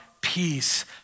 Peace